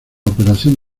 operación